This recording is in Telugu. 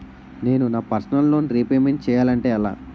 నేను నా పర్సనల్ లోన్ రీపేమెంట్ చేయాలంటే ఎలా?